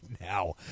now